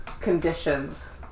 conditions